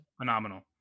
phenomenal